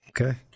Okay